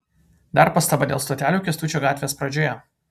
dar pastaba dėl stotelių kęstučio gatvės pradžioje